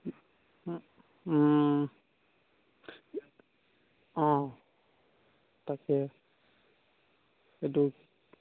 অঁ অঁ তাকে সেইটোৱে